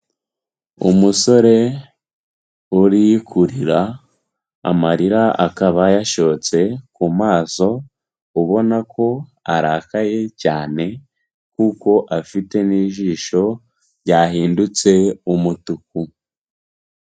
Umusore uri kurira, amarira akaba yashotse ku maso, ubona ko arakaye cyane kuko afite n'ijisho ryahindutse umutuku.